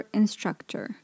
instructor